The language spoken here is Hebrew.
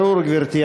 ברור, גברתי.